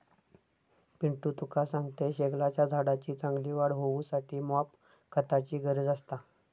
पिंटू तुका सांगतंय, शेगलाच्या झाडाची चांगली वाढ होऊसाठी मॉप खताची गरज असता